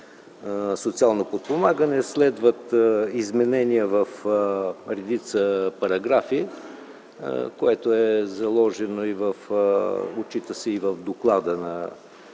социално подпомагане, следват изменения в редица параграфи, което се отчита и в доклада на